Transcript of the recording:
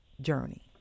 journey